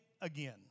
again